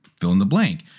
fill-in-the-blank